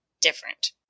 different